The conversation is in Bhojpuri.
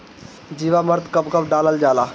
जीवामृत कब कब डालल जाला?